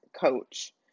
coach